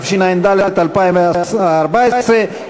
התשע"ד 2014,